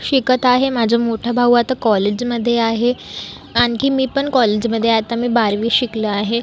शिकत आहे माझा मोठा भाऊ आता कॉलेजमध्ये आहे आणखी मी पण कॉलेजमध्ये आहे आता मी बारावी शिकलं आहे